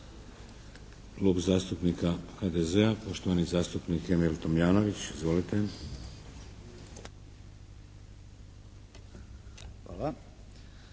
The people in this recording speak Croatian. Klub zastupnika HDZ-a, poštovani zastupnik Emil Tomljanović. Izvolite.